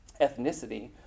ethnicity